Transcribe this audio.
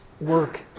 work